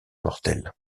mortelle